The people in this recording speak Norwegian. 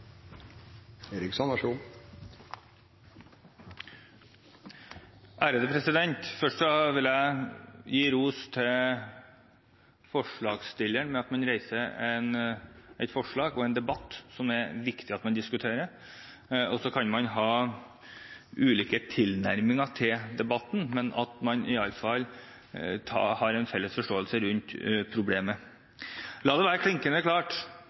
Først vil jeg gi ros til forslagsstillerne for at de reiser en viktig debatt. Man kan ha ulike tilnærminger til debatten, men man har i alle fall en felles forståelse rundt problemet. La det være klinkende klart: